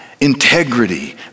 integrity